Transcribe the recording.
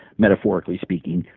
metaphorically speaking,